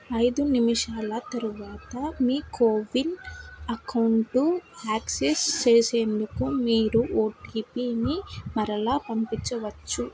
ఐదు నిమిషాల తరువాత మీ కోవిన్ అకౌంటు యాక్సెస్ చేసేందుకు మీరు ఓటిపిని మరలా పంపించవచ్చు